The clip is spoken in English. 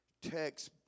text